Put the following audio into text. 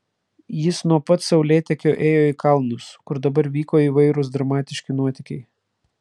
jis nuo pat saulėtekio ėjo į kalnus kur dabar vyko įvairūs dramatiški nuotykiai